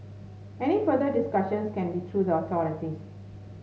any further discussions can be through the authorities